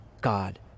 God